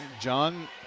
John